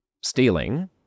stealing